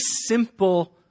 simple